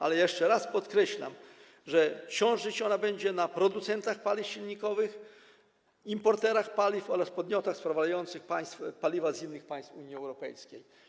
Ale jeszcze raz podkreślam, że ciążyć ona będzie na producentach paliw silnikowych, importerach paliw oraz podmiotach sprowadzających paliwa z innych państw Unii Europejskiej.